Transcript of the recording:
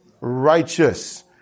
righteous